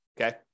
Okay